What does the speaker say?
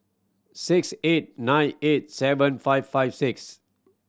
six eight nine eight seven five five six